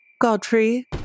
Godfrey